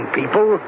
people